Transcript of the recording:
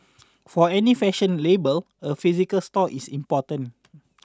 for any fashion label a physical store is important